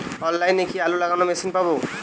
অনলাইনে কি আলু লাগানো মেশিন পাব?